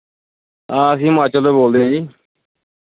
ਹਾਂ ਅਸੀਂ ਹਿਮਾਚਲ ਤੋਂ ਬੋਲਦੇ ਹੈ ਜੀ